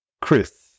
Chris